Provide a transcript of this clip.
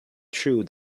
true